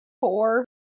Four